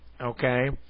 Okay